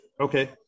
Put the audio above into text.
Okay